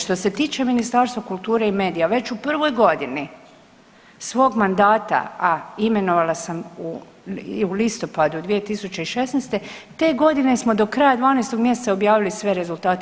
Što se tiče Ministarstva kulture i medija, već u prvoj godini svog mandata, a imenovala sam u listopadu 2016., te godine smo do kraja 12. mj. objavili sve rezultate.